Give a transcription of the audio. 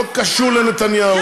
לא קשור לנתניהו.